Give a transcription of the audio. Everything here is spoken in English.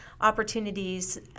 opportunities